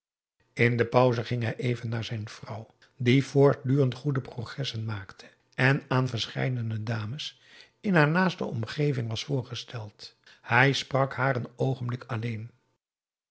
in de pauze ging hij even naar zijn vrouw die voortdurend goede progressen maakte en aan verscheidene dames in haar naaste omgeving was voorgesteld hij sprak haar een oogenblik alleen